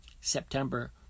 September